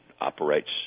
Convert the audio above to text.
operates